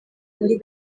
muri